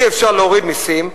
אי-אפשר להוריד מסים,